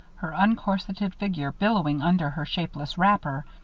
her uncorseted figure billowing under her shapeless wrapper,